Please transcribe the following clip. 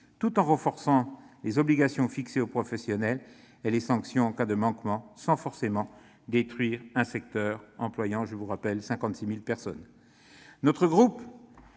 renforcer les obligations fixées aux professionnels et les sanctions en cas de manquements, sans forcément détruire un secteur employant 56 000 personnes.